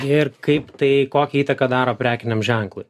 ir kaip tai kokią įtaką daro prekiniam ženklui